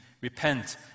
repent